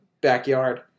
backyard